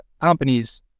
companies